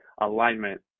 alignment